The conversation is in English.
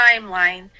timeline